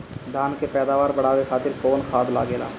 धान के पैदावार बढ़ावे खातिर कौन खाद लागेला?